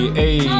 hey